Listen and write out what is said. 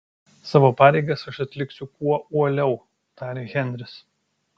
savo pareigas aš atliksiu kuo uoliau tarė henris